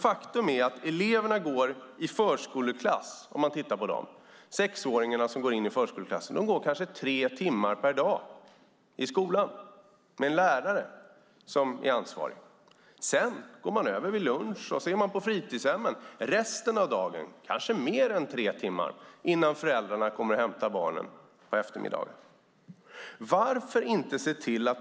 Faktum är att eleverna går i förskoleklass. De 6-åringar som går i förskoleklass går kanske tre timmar per dag i skolan med en lärare som ansvarig. Sedan går de över vid lunch och är på fritidshem resten av dagen, kanske mer än tre timmar, innan föräldrarna kommer och hämtar barnen på eftermiddagen.